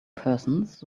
persons